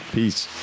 Peace